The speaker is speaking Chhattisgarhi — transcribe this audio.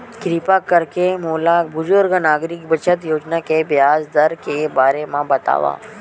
किरपा करके मोला बुजुर्ग नागरिक बचत योजना के ब्याज दर के बारे मा बतावव